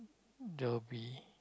there'll be